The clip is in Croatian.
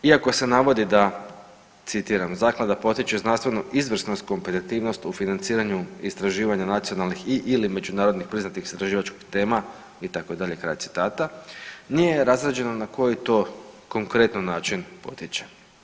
Iako se navodi da, citiram, zaklada potiče znanstvenu izvrsnost i kompetitivnost u financiranju istraživanja nacionalnih i/ili međunarodno priznatih istraživačkih tema itd., kraj citata, nije razrađeno na koji to konkretno način potiče.